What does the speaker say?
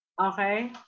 Okay